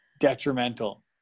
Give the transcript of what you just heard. detrimental